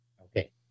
Okay